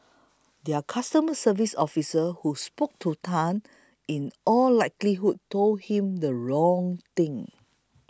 their customer service officer who spoke to Tan in all likelihood told him the wrong thing